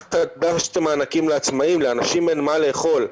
--- מענקים לעצמאיים, לאנשים אין מה לאכול.